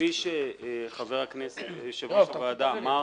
כפי שהיושב-ראש אמר,